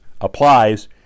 applies